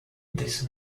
this